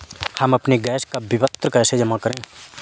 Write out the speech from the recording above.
हम अपने गैस का विपत्र कैसे जमा करें?